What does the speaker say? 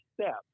step